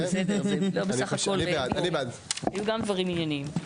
היו גם דברים ענייניים.